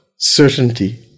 certainty